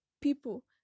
people